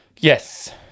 Yes